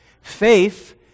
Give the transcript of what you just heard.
Faith